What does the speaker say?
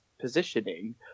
positioning